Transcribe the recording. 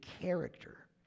character